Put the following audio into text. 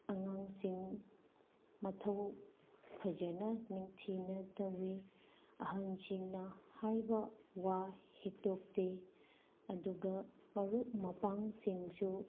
ꯑꯉꯥꯡꯁꯤꯡ ꯃꯊꯧ ꯐꯖꯅ ꯅꯤꯡꯊꯤꯅ ꯇꯧꯏ ꯑꯍꯜꯁꯤꯡꯅ ꯍꯥꯏꯕ ꯋꯥ ꯍꯤꯛꯇꯣꯛꯇꯦ ꯑꯗꯨꯒ ꯃꯔꯨꯞ ꯃꯄꯥꯡꯁꯤꯡꯁꯨ